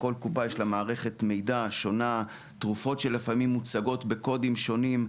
כאשר לכל קופה יש מערכת מידע שונה ותרופות שמוצגות לפעמים בקודים שונים.